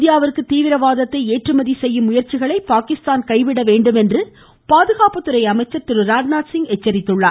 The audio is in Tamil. இந்தியாவிற்கு தீவிரவாதத்தை ஏற்றுமதி செய்யும் முயற்சிகளை பாகிஸ்தான் கைவிடவேண்டும் என்று பாதுகாப்பு அமைச்சர் திரு ராஜ்நாத் சிங் எச்சரித்துள்ளார்